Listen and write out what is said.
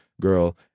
girl